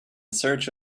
search